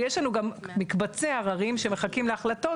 יש לנו גם מקבצי עררים שמחכים להחלטות,